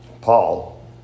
Paul